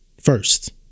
first